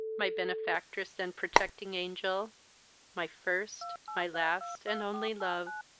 my benefactress and protecting angel my first, my last, and only love,